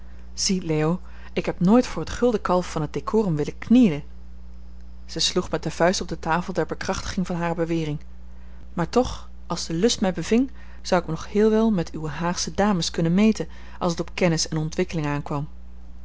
leo ik heb nooit voor het gulden kalf van het decorum willen knielen zij sloeg met de vuist op de tafel ter bekrachtiging van hare bewering maar toch als de lust mij beving zou ik mij nog heel wel met uwe haagsche dames kunnen meten als het op kennis en ontwikkeling aankwam